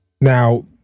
Now